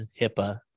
hipaa